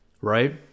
right